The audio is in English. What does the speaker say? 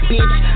Bitch